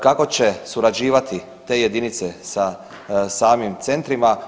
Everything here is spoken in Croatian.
Kako će surađivati te jedinice sa samim centrima?